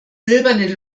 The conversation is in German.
silberne